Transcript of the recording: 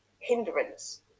hindrance